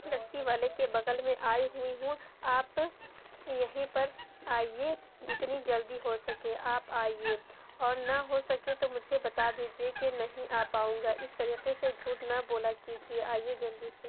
لسّی والے کے بغل میں آئی ہوئی ہوں آپ یہیں پر آئیے جتنی جلدی ہو سکے آپ آئیے اور نہ ہو سکے تو مجھے بتا دیجیے کہ نہیں آ پاؤں گا اس طریقے سے جھوٹ نہ بولا کیجیے آئیے جلدی سے